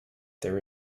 there